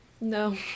No